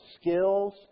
skills